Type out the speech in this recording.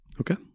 okay